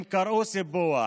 הם קראו "סיפוח".